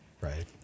right